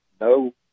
no